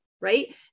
right